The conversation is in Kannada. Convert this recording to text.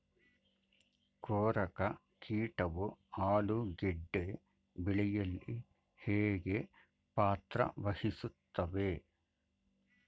ಕೊರಕ ಕೀಟವು ಆಲೂಗೆಡ್ಡೆ ಬೆಳೆಯಲ್ಲಿ ಹೇಗೆ ಪಾತ್ರ ವಹಿಸುತ್ತವೆ?